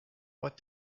what